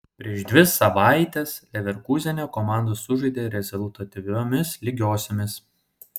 prieš dvi savaites leverkūzene komandos sužaidė rezultatyviomis lygiosiomis